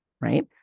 right